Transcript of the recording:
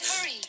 hurry